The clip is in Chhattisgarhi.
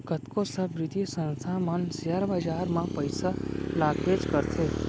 कतको सब बित्तीय संस्था मन सेयर बाजार म पइसा लगाबेच करथे